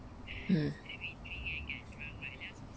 mm